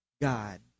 God